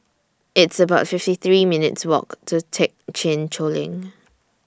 It's about fifty three minutes' Walk to Thekchen Choling